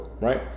right